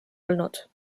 olnud